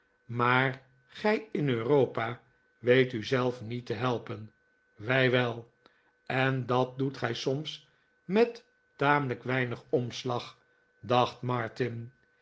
maar gij in europa weet u zelf niet te helpen wij wel en dat doet gij soms met tamelijk weinig omslag dacht